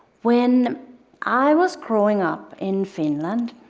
when i was growing up in finland,